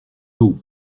eaux